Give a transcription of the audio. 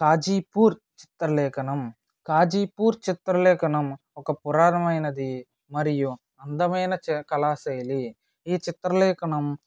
తాజీపూర్ చిత్రలేఖనం కాజీపూర్ చిత్రలేఖనం ఒక పురాణమైనది మరియు అందమైన చ కళాశైలి ఈ చిత్రలేఖనం